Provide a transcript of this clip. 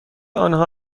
آنها